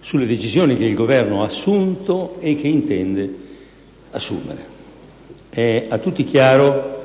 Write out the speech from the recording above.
sulle decisioni che il Governo ha assunto e che intende assumere. È a tutti chiaro